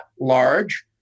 large